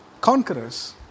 conquerors